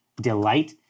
Delight